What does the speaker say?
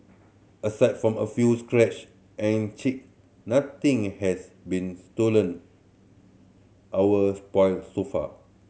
aside from a few scratch and chip nothing has been stolen or spoilt so far